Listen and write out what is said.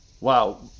Wow